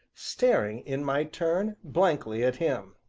staring, in my turn, blankly at him.